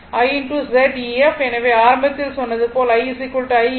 எனவே ஆரம்பத்தில் சொன்னது போல் I I ef